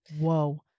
Whoa